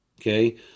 Okay